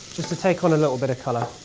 just to take on a little bit of color.